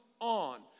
on